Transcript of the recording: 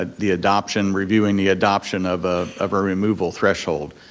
ah the adoption, reviewing the adoption of ah of a removal threshold.